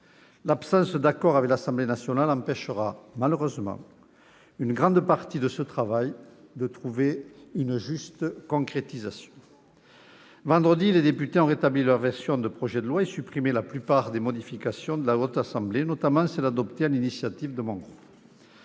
L'absence d'accord avec l'Assemblée nationale empêchera, malheureusement, qu'une grande partie de ce travail trouve une juste concrétisation. Vendredi, les députés ont rétabli leurs versions des projets de loi et supprimé la plupart des modifications apportées par la Haute Assemblée, notamment celles adoptées sur l'initiative de mon groupe.